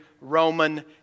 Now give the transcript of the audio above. Roman